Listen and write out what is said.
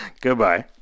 Goodbye